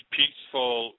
peaceful